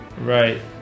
Right